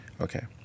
okay